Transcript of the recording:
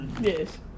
Yes